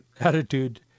attitude